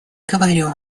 говорю